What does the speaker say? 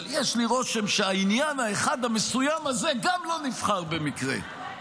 אבל יש לי רושם שהעניין האחד המסוים הזה גם לא נבחר במקרה.